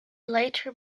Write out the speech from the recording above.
later